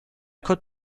could